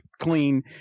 clean